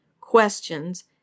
questions